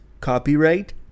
Copyright